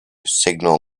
signal